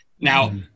Now